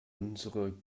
unsere